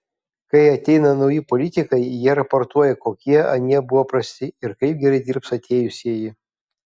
kai ateina nauji politikai jie raportuoja kokie anie buvo prasti ir kaip gerai dirbs atėjusieji